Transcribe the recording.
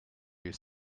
you